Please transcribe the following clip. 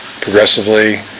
progressively